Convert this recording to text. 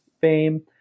fame